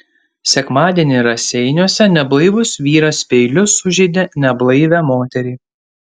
sekmadienį raseiniuose neblaivus vyras peiliu sužeidė neblaivią moterį